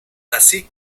así